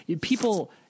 people